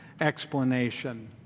explanation